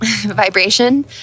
vibration